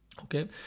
Okay